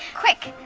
quick,